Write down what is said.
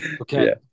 Okay